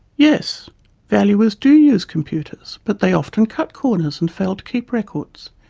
yes valuers do use computers but they often cut corners and fail to keep records.